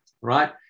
Right